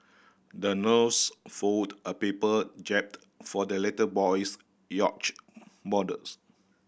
the nurse folded a paper jib for the little boy's yacht models